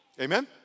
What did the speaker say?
Amen